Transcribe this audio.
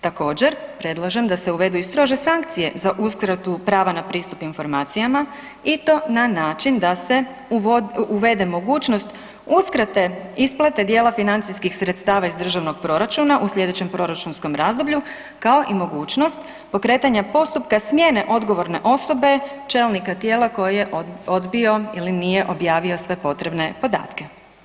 Također, predlažem da se uvedu i strože sankcije za uskratu prava na pristup informacijama i to na način da se uvede mogućnost uskrate isplate dijela financijskih sredstava iz državnog proračuna u slijedećem proračunskom razdoblju kao i mogućnost pokretanja postupka smjene odgovorne osobe, čelnika tijela koji je odbio ili nije objavio sve potrebne podatke.